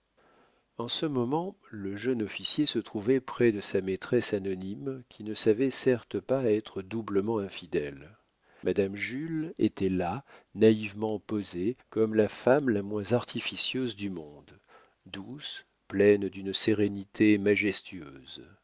en ce moment le jeune officier se trouvait près de sa maîtresse anonyme qui ne savait certes pas être doublement infidèle madame jules était là naïvement posée comme la femme la moins artificieuse du monde douce pleine d'une sérénité majestueuse